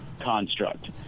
construct